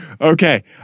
Okay